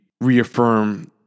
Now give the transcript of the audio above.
reaffirm